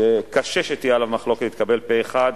שקשה שתהיה עליו מחלוקת, יתקבל פה-אחד.